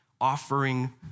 offering